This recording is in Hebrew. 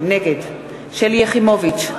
נגד שלי יחימוביץ,